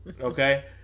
Okay